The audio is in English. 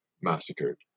massacred